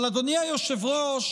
אבל אדוני היושב-ראש,